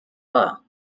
her